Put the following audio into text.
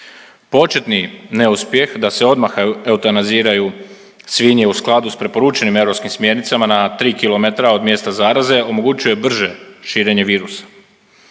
Početni neuspjeh da se odmah eutanaziraju svinje u skladu s preporučenim europskim smjernicama na 3 km od mjesta zaraze, omogućio je brže širenje virusa.